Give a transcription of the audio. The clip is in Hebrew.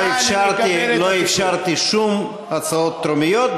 לא אפשרתי, לא אפשרתי שום הצעות טרומיות.